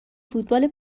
فوتبال